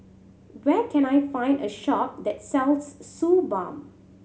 where can I find a shop that sells Suu Balm